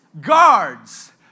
guards